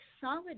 solid